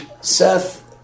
Seth